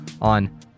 on